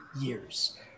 years